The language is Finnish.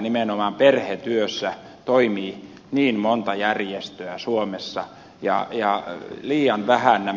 nimenomaan perhetyössä toimii niin monta järjestöä suomessa ja liian vähän